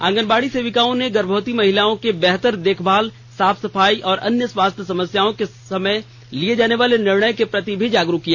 आंगनबाड़ी सेविकाओं ने गर्भवती महिलाओं के बेहतर देखभाल साफ सफाई और अन्य स्वास्थ्य समस्याओं के समय लिये जाने वाले निर्णय के प्रति भी जागरूक किया